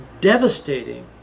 devastating